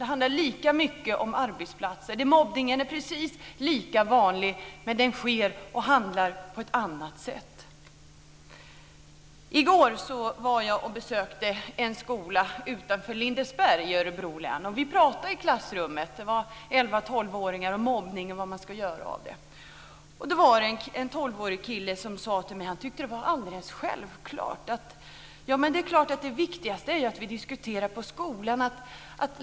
Det handlar lika mycket om arbetsplatser där mobbningen är precis lika vanlig även om den sker på ett annat sätt. I går besökte jag en skola utanför Lindesberg i Örebro län. Vi pratade i klassrummet om mobbning och vad man ska göra åt det. Det var 11-12-åringar. Då var det en 12-årig kille som sade till mig att han tyckte att det är alldeles självklart att det viktigaste är att man diskuterar i skolan.